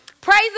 Praise